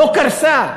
לא קרסה.